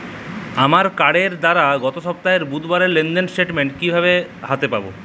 আমার কার্ডের দ্বারা গত সপ্তাহের বুধবারের লেনদেনের স্টেটমেন্ট কীভাবে হাতে পাব?